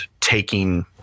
taking